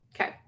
Okay